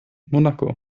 monaco